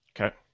Okay